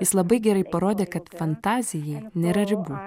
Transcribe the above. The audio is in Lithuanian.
jis labai gerai parodė kad fantazijai nėra ribų